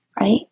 right